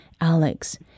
Alex